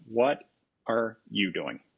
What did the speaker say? what are you doing?